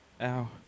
Ow